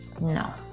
no